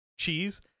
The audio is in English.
cheese